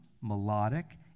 melodic